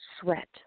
sweat